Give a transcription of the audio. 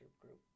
group